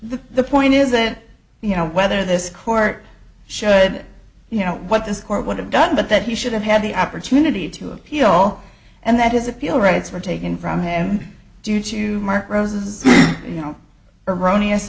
the point is that you know whether this court should you know what this court would have done but that he should have had the opportunity to appeal and that his appeal rights were taken from him due to mark rosas you know erroneous